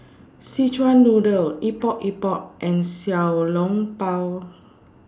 Szechuan Noodle Epok Epok and Xiao Long Bao